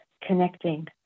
connecting